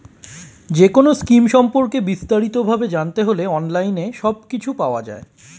যেকোনো স্কিম সম্পর্কে বিস্তারিত ভাবে জানতে হলে অনলাইনে সবকিছু পাওয়া যায়